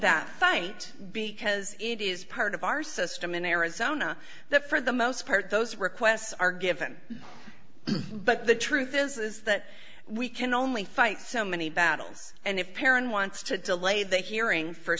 that fight because it is part of our system in arizona the for the most part those requests are given but the truth is that we can only fight so many battles and if a parent wants to delay the hearing